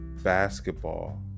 basketball